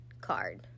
card